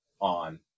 on